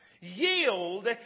Yield